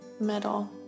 metal